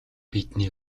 бидний